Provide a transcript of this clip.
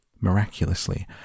miraculously